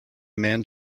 man